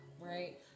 right